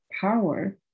power